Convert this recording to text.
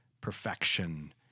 perfection